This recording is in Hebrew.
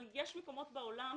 אבל יש מקומות בעולם,